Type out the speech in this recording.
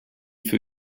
für